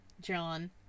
John